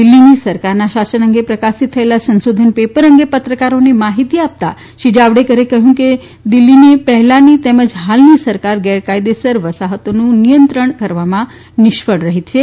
દિલ્હીની સરકારના શાસન અંગે પ્રકાશિત થયેલા સંશોધન પેપર અંગે પત્રકારોને માહિતી આપતા શ્રી જાવડેકરે કહયું કે દિલ્ફીની પહેલાની તેમજ હાલની સરકાર ગેરકાયદેસર વસાહતોનું નિયંત્રિત કરવામાં નિષ્ફળ રહી છે